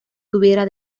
tuviera